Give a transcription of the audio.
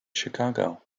chicago